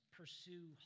pursue